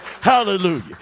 hallelujah